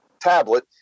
tablet